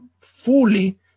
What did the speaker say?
fully